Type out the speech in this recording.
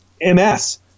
MS